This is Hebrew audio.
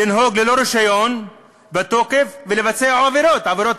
לנהוג ללא רישיון בתוקף ולבצע עבירות,